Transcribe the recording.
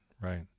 right